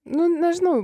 nu nežinau